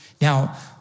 Now